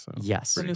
Yes